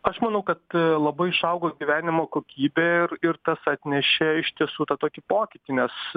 aš manau kad labai išaugo gyvenimo kokybė ir ir tas atnešė iš tiesų tą tokį pokytį nes